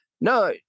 No